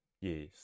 Yes